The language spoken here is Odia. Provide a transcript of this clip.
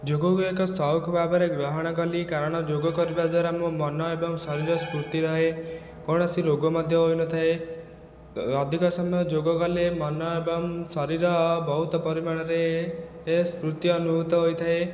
ଯୋଗକୁ ଏକ ସଉକ ଭାବରେ ଗ୍ରହଣ କଲି କାରଣ ଯୋଗ କରିବା ଦ୍ବାରା ମୋ ମନ ଏବଂ ଶରୀର ସ୍ଫୁର୍ତି ରହେ କୌଣସି ରୋଗ ମଧ୍ୟ ହୋଇନଥାଏ ଅଧିକ ସମୟ ଯୋଗ କଲେ ମନ ଏବଂ ଶରୀର ବହୁତ ପରିମାଣରେ ସ୍ଫୁର୍ତି ଅନୁଭୂତ ହୋଇଥାଏ